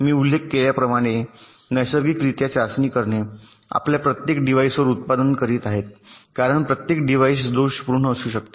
मी उल्लेख केल्याप्रमाणे नैसर्गिकरित्या चाचणी करणे आपल्या प्रत्येक डिव्हाइसवर उत्पादन करीत आहेत कारण प्रत्येक डिव्हाइस दोषपूर्ण असू शकते